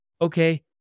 okay